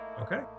Okay